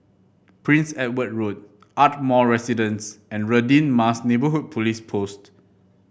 Prince Edward Road Ardmore Residence and Radin Mas Neighbourhood Police Post